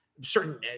certain